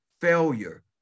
failure